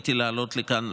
זכיתי לעלות לכאן,